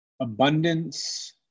abundance